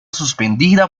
suspendida